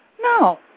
No